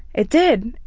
it did,